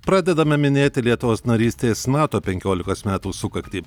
pradedame minėti lietuvos narystės nato penkiolikos metų sukaktį